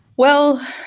well,